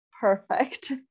perfect